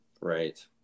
Right